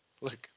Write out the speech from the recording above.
Look